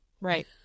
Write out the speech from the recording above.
right